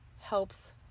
helps